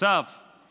נוסף על כך,